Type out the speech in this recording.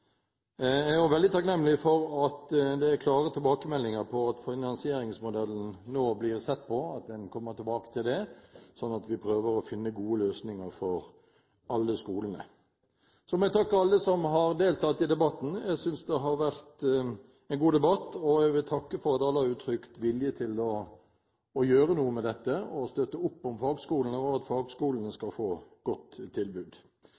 Jeg er også veldig takknemlig for at det er klare tilbakemeldinger om at finansieringsmodellen nå blir sett på – at en kommer tilbake til det, sånn at vi prøver å finne gode løsninger for alle skolene. Så må jeg takke alle som har deltatt i debatten. Jeg synes det har vært en god debatt. Jeg vil takke for at alle har uttrykt vilje til å gjøre noe med dette og vil støtte opp om fagskolene og at fagskolene skal få et godt tilbud.